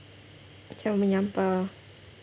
macam menyampah